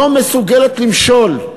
לא מסוגלת למשול.